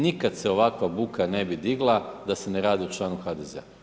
Nikad se ovakva buka ne bi digla da se ne radi o članu HDZ-a.